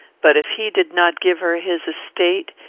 but if he did not give her his estate,